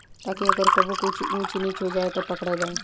ताकि अगर कबो कुछ ऊच नीच हो जाव त पकड़ा जाए